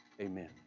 Amen